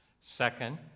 Second